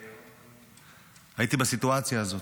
והייתי בסיטואציה הזאת,